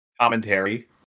commentary